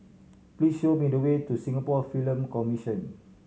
please show me the way to Singapore Film Commission